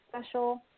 special